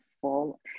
full